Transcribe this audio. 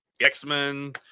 x-men